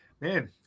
man